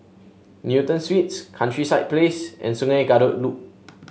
Newton Suites Countryside Place and Sungei Kadut Loop